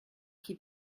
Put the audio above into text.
qui